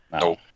No